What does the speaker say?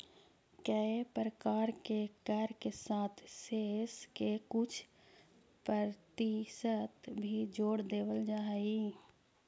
कए प्रकार के कर के साथ सेस के कुछ परतिसत भी जोड़ देवल जा हई